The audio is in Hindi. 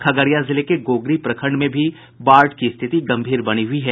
खगड़िया जिले के गोगरी प्रखण्ड में भी बाढ़ की स्थिति गंभीर बनी हुयी है